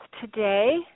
today